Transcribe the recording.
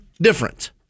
different